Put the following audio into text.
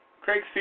Craig